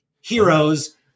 heroes